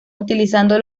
utilizando